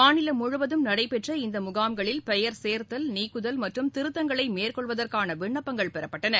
மாநிலம் முழுவதும் நடைபெற்ற இந்த முனாம்களில் பெயர் சேர்த்தல் நீக்குதல் மற்றம் திருத்தங்களை மேற்கொள்வதற்கான விண்ணப்பங்கள் பெறப்பட்டன